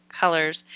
colors